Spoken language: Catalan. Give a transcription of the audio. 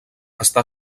està